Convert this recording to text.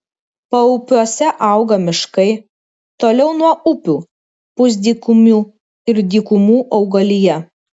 paupiuose auga miškai toliau nuo upių pusdykumių ir dykumų augalija